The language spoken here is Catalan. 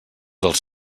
dels